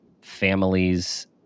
families